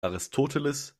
aristoteles